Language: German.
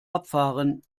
abfahren